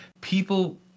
people